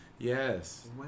Yes